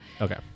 Okay